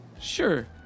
sure